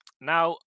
now